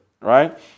right